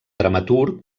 dramaturg